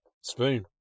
Spoon